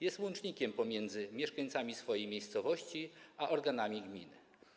Jest łącznikiem pomiędzy mieszkańcami swojej miejscowości a organami gminy.